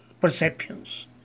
perceptions